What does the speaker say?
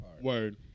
word